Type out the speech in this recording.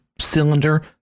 cylinder